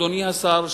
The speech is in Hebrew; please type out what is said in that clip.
אדוני השר,